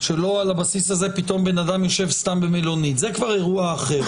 שעל הבסיס הזה פתאום בן אדם יישב סתם במלונית זה כבר אירוע אחר.